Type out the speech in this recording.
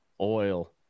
oil